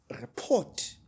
report